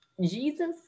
Jesus